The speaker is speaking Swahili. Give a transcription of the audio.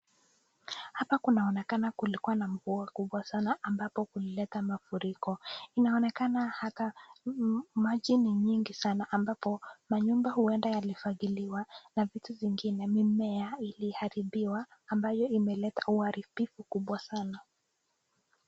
Hapa kunaonekana kulikuwa na mvua kubwa sana ambapo kulileta mafuriko. Inaonekana hata maji ni nyingi sana ambapo manyumba huenda yalifagiliwa na vitu vingine. Mimea iliharibiwa ambayo imeleta uharibifu mkubwa sana.